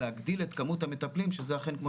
כדי להגדיל את כמות המטפלים שזה אכן כמו